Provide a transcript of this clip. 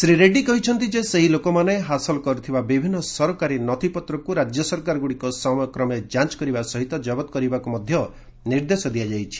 ଶ୍ରୀ ରେଡ୍ଭୀ କହିଛନ୍ତି ଯେ ସେହି ଲୋକମାନେ ହାସଲ କରିଥିବା ବିଭିନ୍ନ ସରକାରୀ ନଥିପତ୍ରକୁ ରାଜ୍ୟ ସରକାରଗୁଡ଼ିକ ସମୟକ୍ରମେ ଯାଞ୍ଚ କରିବା ସହିତ ଜବତ କରିବାକୁ ମଧ୍ୟ ନିର୍ଦ୍ଦେଶ ଦିଆଯାଇଛି